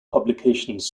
publications